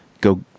go